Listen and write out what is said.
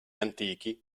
antichi